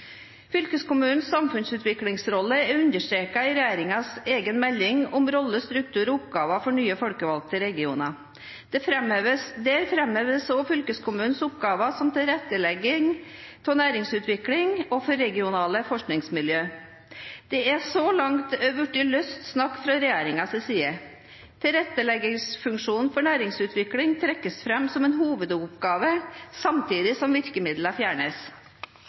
er understreket i regjeringens egen melding om rolle, struktur og oppgaver for nye folkevalgte regioner. Der framheves også fylkeskommunenes oppgaver for tilrettelegging av næringsutvikling og for regionale forskningsmiljø. Det har så langt vært løst snakk fra regjeringens side. Tilretteleggingsfunksjonen for næringsutvikling trekkes fram som en hovedoppgave samtidig som virkemidlene fjernes.